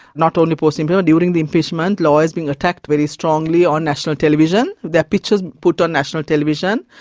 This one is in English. not only post-impeachment, during the impeachment, lawyers being attacked very strongly on national television, their pictures put on national television.